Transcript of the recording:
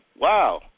wow